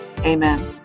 Amen